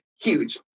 huge